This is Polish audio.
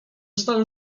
stan